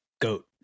Goat